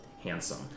handsome